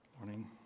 morning